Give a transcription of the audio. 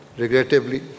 regrettably